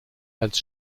als